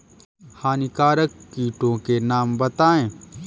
हानिकारक कीटों के नाम बताएँ?